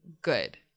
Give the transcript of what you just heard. good